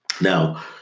Now